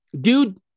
dude